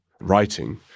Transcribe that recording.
writing